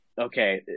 okay